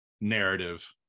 narrative